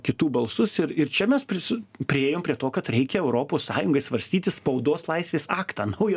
kitų balsus ir ir čia mes prisi priėjom prie to kad reikia europos sąjungai svarstyti spaudos laisvės aktą naują